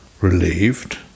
relieved